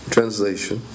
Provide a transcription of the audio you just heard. Translation